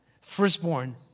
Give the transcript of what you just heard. firstborn